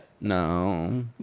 No